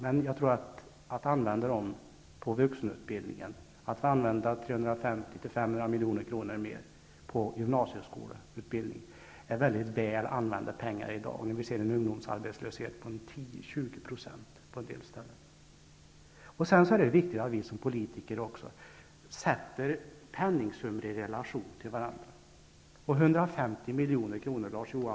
Men att använda dem till vuxenutbildningen, att använda 350--500 miljoner mer på gymnasieskoleutbildningen är väldigt väl använda pengar i dag, när vi har en ungdomsarbetslöshet på 10--20 % på en del ställen. Sedan är det också viktigt att vi som politiker sätter penningsummorna i relation till varandra.